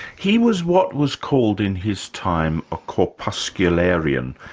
he was what was called in his time a corpuscularian.